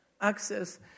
access